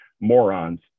morons